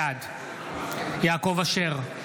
בעד יעקב אשר,